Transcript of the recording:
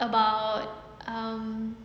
about um